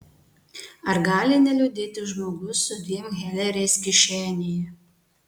ar gali neliūdėti žmogus su dviem heleriais kišenėje